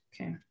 okay